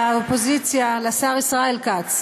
לשר ישראל כץ,